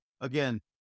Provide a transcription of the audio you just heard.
again